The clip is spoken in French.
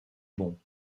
bon